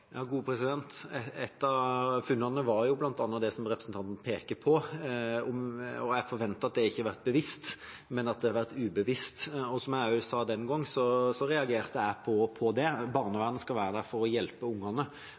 Et av funnene var bl.a. det representanten peker på, og jeg forventer at det ikke har vært bevisst, men ubevisst. Som jeg også sa den gangen, reagerte også jeg på det. Barnevernet skal være der for å hjelpe ungene